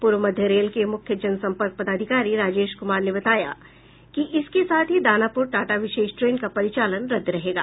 पूर्व मध्य रेल के मुख्य जनसंपर्क पदाधिकारी राजेश कुमार ने बताया कि इसके साथ ही दानापुर टाटा विशेष ट्रेन का परिचालन रद्द रहेगा